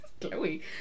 Chloe